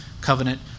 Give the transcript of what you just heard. Covenant